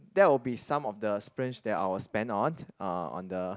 that will be some of the splinge that I will spend on uh on the